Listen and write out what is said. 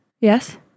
Yes